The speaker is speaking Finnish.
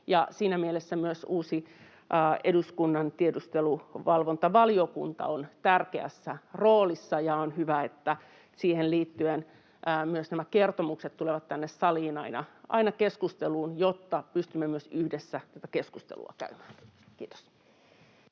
siinä mielessä myös uusi eduskunnan tiedusteluvalvontavaliokunta on tärkeässä roolissa, ja on hyvä, että siihen liittyen myös nämä kertomukset tulevat tänne saliin aina keskusteluun, jotta pystymme myös yhdessä tätä keskustelua käymään. — Kiitos.